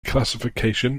classification